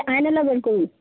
eyeliner বের করুন